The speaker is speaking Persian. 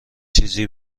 چیزی